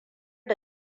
da